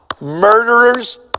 murderers